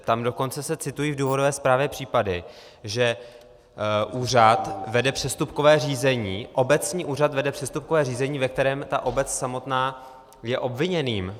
Tam dokonce se citují v důvodové zprávě případy, že úřad vede přestupkové řízení, obecní úřad vede přestupkové řízení, ve kterém ta obec samotná je obviněným.